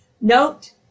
Note